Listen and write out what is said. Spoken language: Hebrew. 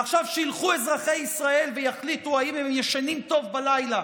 ועכשיו שילכו אזרחי ישראל ויחליטו אם הם ישנים טוב בלילה